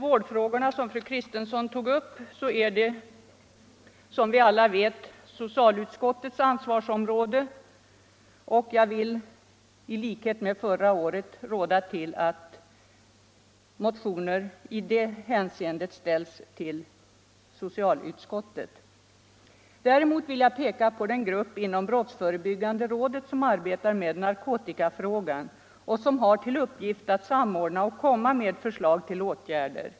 Vårdfrågorna, som fru Kristensson tog upp, hör till socialutskottets ansvarsområde, som vi alla vet. Liksom förra året vill jag ge rådet att motioner i det hänseendet ställs till socialutskottet. Däremot vill jag peka på den grupp inom brottsförebyggande rådet som arbetar med narkotikafrågan och som har till uppgift att samordna och lägga fram förslag till åtgärder.